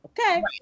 Okay